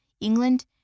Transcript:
England